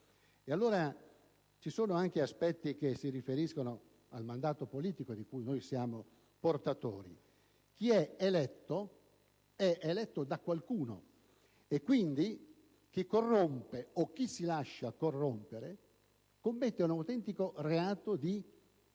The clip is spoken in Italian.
vi sono anche aspetti che si riferiscono al mandato politico, di cui noi siamo portatori. Si viene eletti da qualcuno e, quindi, chi corrompe o chi si lascia corrompere commette un autentico reato di tradimento